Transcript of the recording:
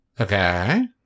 Okay